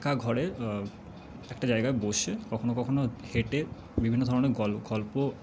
একা ঘরে একটা জায়গায় বসে কখনও কখনও হেঁটে বিভিন্ন ধরণের গল্প